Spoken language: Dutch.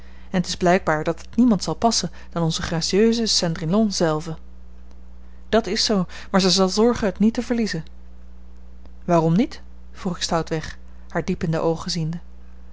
en t is blijkbaar dat het niemand zal passen dan onze gracieuze cendrillon zelve dat is zoo maar zij zal zorgen het niet te verliezen waarom niet vroeg ik stoutweg haar diep in de oogen ziende